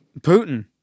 Putin